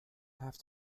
have